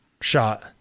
shot